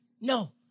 No